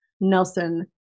Nelson